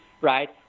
right